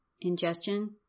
ingestion